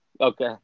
Okay